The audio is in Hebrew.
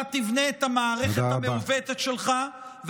אתה תבנה את המערכת המעוותת שלך,